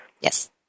Yes